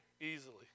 easily